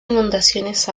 inundaciones